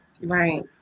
Right